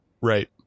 right